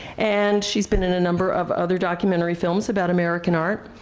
and she's been in a number of other documentary films about american art.